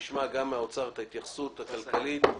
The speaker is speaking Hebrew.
אבל תכף נשמע גם מהאוצר את ההתייחסות הכלכלית שלו.